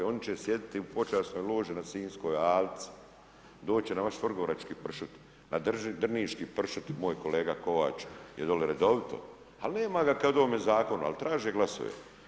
Oni će sjediti u počasnoj loži na Sinjskoj alci, doći će na vaš vrgorački pršut, na drniški pršut, moj kolega Kovač je dole redovite, ali nema kad ... ovome Zakonu, ali traže glasove.